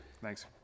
thanks